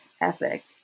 ethic